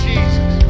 Jesus